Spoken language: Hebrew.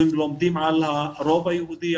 לומדים על הרוב היהודי,